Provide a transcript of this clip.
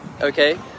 okay